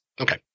Okay